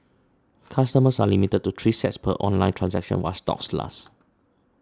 customers are limited to three sets per online transaction while stocks last